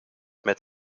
met